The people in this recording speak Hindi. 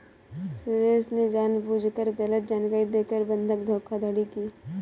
सुरेश ने जानबूझकर गलत जानकारी देकर बंधक धोखाधड़ी की